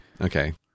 okay